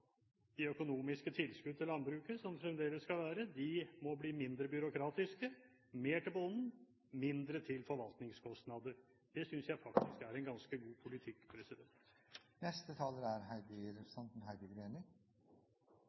de økonomiske tilskudd til landbruket, som fremdeles skal være, må bli mindre byråkratiske – mer til bonden og mindre til forvaltningskostnader. Det synes jeg faktisk er en ganske god politikk. Når jeg sitter og hører på denne debatten, er